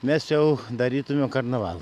mes jau darytumėm karnavalą